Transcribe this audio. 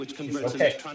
okay